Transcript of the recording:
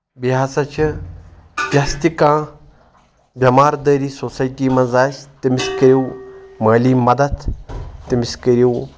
بیٚیہِ ہسا چھِ یۄس تہِ کانٛہہ بؠماردٲری سوسایٹی منٛز آسہِ تٔمِس کٔرِو مٲلی مدتھ تٔمِس کٔرِو